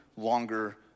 longer